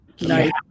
nice